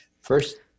First